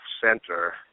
Center